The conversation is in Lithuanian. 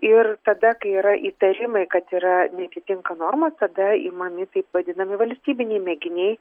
ir tada kai yra įtarimai kad yra neatitinka normos tada imami taip vadinami valstybiniai mėginiai